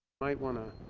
might want to